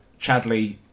Chadley